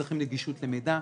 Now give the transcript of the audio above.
צריך נגישות למידע,